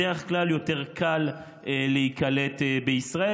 בדרך כלל יותר קל להיקלט בישראל,